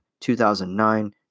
2009